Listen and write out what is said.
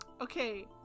Okay